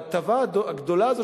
ההטבה הגדולה הזאת,